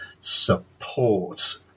support